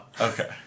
Okay